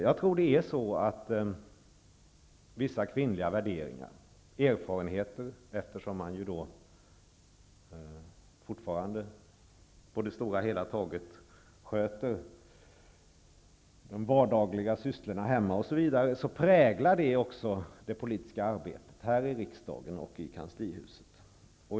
Jag tror att vissa kvinnliga värderingar och erfarenheter, eftersom kvinnor fortfarande på det stora hela taget sköter de vardagliga sysslorna i hemmet, präglar kvinnors politiska arbete här i riksdagen och i Kanslihuset.